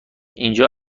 اینجا